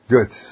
Good